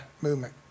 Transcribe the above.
movement